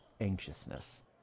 anxiousness